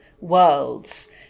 worlds